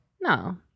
No